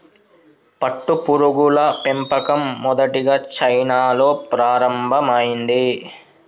పట్టుపురుగుల పెంపకం మొదటిగా చైనాలో ప్రారంభమైంది